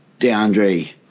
DeAndre